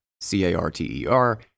C-A-R-T-E-R